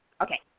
Okay